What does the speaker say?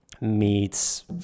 meats